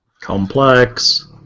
Complex